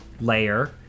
layer